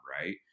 right